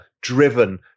driven